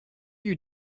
you